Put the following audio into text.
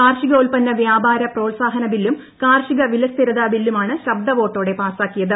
കാർഷികോത്പന്ന വ്യാപാര പ്രോത്സാഹന ബില്ലും കാർഷിക വിലസ്ഥിരത ബില്ലുമാണ് ശബ്ദവോട്ടോടെ പാസാക്കിയത്